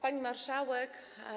Pani Marszałek!